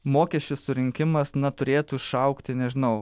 mokesčių surinkimas na turėtų išaugti nežinau